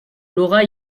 laura